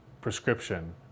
prescription